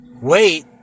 wait